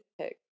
pick